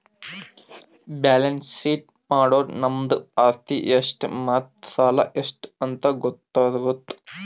balance sheet ಮಾಡುರ್ ನಮ್ದು ಆಸ್ತಿ ಎಷ್ಟ್ ಮತ್ತ ಸಾಲ ಎಷ್ಟ್ ಅಂತ್ ಗೊತ್ತಾತುದ್